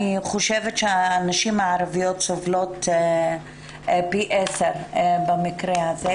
אני חושבת שהנשים הערביות סובלות פי עשר במקרה הזה,